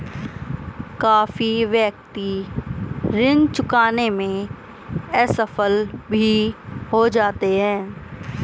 काफी व्यक्ति ऋण चुकाने में असफल भी हो जाते हैं